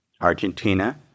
Argentina